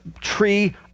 tree